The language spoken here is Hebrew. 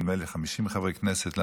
נדמה לי עם 50 חברי כנסת,